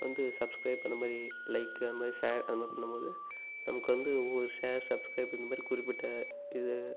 வந்து சப்ஸ்க்ரைப் அந்த மாதிரி லைக்கு அந்த மாதிரி ஷேர் அந்த மாதிரி பண்ணும்போது நமக்கு வந்து ஒரு ஷேர் சப்ஸ்க்ரைப் இந்த மாதிரி குறிப்பிட்ட இது